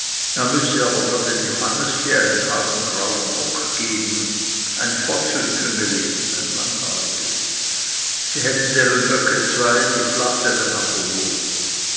er müsse aber dann dem johannesli einen hasengrauen bock geben ein fotzelküngeli sie hätten deren böcke zwei die plagten einander nur